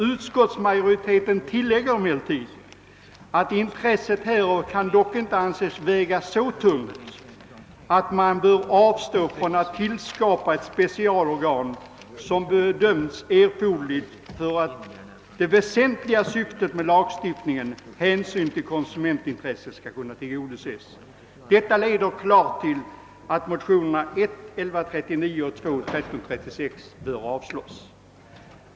Utskottsmajoriteten tillägger emellertid att intresset härav dock inte kan anses väga så tungt att man bör avstå från att tillskapa ett specialorgan som bedöms erforderligt för att det väsentliga syftet med lagstiftningen, hänsynen till konsumentintresset, skall kunna tillgodoses. Detta leder klart till att motionerna I: 1139 och II: 1336 bör avslås.